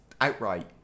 outright